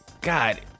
God